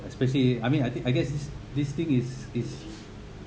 especially I mean I think I guess this thing is is